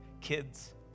kids